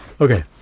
Okay